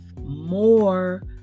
more